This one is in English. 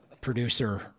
producer